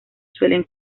suelen